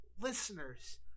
Listeners